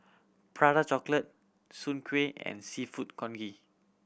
Prata Chocolate Soon Kueh and Seafood Congee